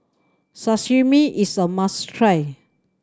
sashimi is a must try